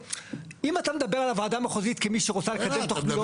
אם אתה מדבר על הוועדה המחוזית כמי שרוצה לקדם תוכניות.